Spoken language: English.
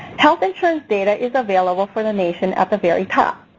health insurance data is available for the nation at the very top.